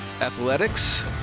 Athletics